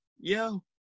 yo